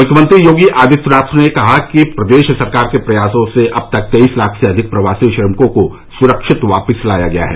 मुख्यमंत्री योगी आदित्यनाथ ने कहा कि प्रदेश सरकार के प्रयासों से अब तक तेईस लाख से अधिक प्रवासी श्रमिकों को सुरक्षित वापस लाया गया है